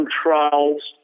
trials